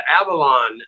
Avalon